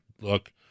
look